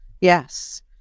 Yes